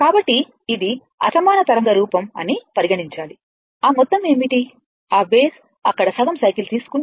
కాబట్టి ఇది అసమాన తరంగ రూపం అని పరిగణించాలి ఆ మొత్తం ఏమిటి ఆ బేస్ అక్కడ సగం సైకిల్ తీసుకుంటే